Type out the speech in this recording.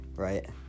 right